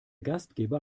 gastgeber